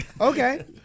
Okay